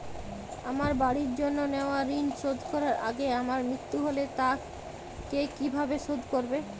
আমার বাড়ির জন্য নেওয়া ঋণ শোধ করার আগে আমার মৃত্যু হলে তা কে কিভাবে শোধ করবে?